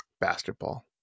Basketball